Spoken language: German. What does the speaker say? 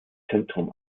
zentrum